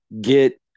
get